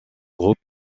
gros